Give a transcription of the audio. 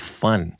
fun